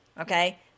Okay